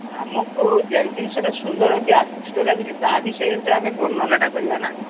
ଆମକୁ ଯେଉଁ ଜିନିଷଟା ସୁନ୍ଦର ଅଛି ଆକୃଷ୍ଟ ଲାଗୁଛି ତା' ବିଷୟରେ ତ ଆମେ ବର୍ଣ୍ଣନାଟା କରିବା ନା